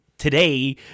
today